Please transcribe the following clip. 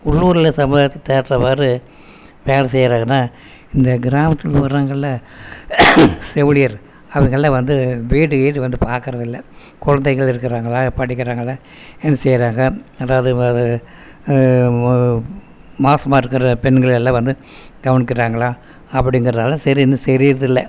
உள்ளூரில் சமுதாயத்து தேற்றவாறு வேலை செய்கிறாங்கனா இந்த கிராமத்தில் வராங்கள்ல செவிலியர் அவருகள்லாம் வந்து வீடு ஈடு வந்து பார்க்கறதில்ல குழந்தைங்கள் இருக்கிறாங்களா படிக்கிறாங்களா என்ன செய்கிறாங்க அதாவது மாசமாக இருக்கிற பெண்களெல்லாம் வந்து கவனிக்கிறாங்களா அப்படிங்கிறதெலா சரினு சரியிறதில்ல